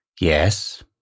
Yes